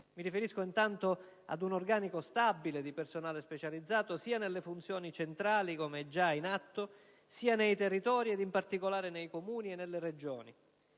Mi riferisco, intanto, ad un organico stabile di personale specializzato, sia nelle funzioni centrali, come già accade, sia nei territori ed in particolare nei Comuni e nelle Regioni.